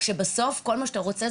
כשבסוף מה שאתה באמת רוצה,